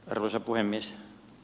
arvoisa puhemies